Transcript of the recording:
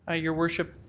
ah your worship,